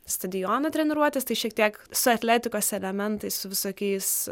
stadioną treniruotis tai šiek tiek su atletikos elementai su visokiais